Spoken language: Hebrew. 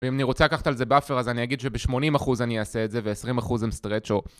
ואם אני רוצה לקחת על זה באפר אז אני אגיד שבשמונים אחוז אני אעשה את זה ועשרים אחוז עם סטראצ'